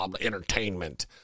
entertainment